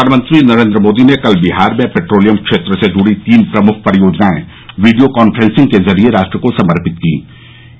प्रधानमंत्री नरेन्द्र मोदी ने कल बिहार में पेट्रोलियम क्षेत्र से जुड़ी तीन प्रमुख परियोजनाएं वीडियो कॉन्फ्रेंसिंग के जरिए राष्ट्र को समर्पित कीं